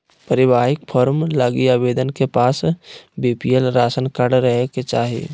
पारिवारिक फार्म लगी आवेदक के पास बीपीएल राशन कार्ड रहे के चाहि